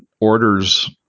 orders